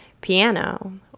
piano